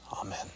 Amen